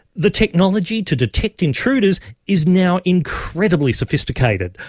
the technology to detect intruders is now incredibly sophisticated.